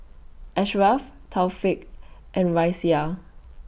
Ashraf Taufik and Raisya